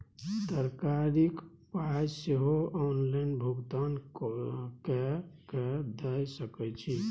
तरकारीक पाय सेहो ऑनलाइन भुगतान कए कय दए सकैत छी